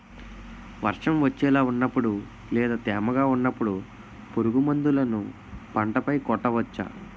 వర్షం వచ్చేలా వున్నపుడు లేదా తేమగా వున్నపుడు పురుగు మందులను పంట పై కొట్టవచ్చ?